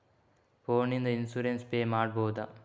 Phone ನಿಂದ insurance pay ಮಾಡಬಹುದ?